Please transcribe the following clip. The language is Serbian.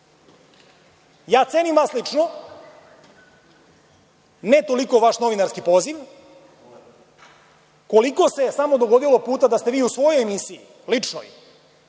pitanju. Cenim vas lično, ne toliko vaš novinarski poziv. Koliko se samo dogodilo puta da ste vi u svojoj emisiji, ličnoj,